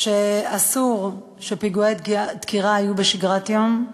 שאסור שפיגועי דקירה יהיו בשגרת היום.